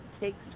takes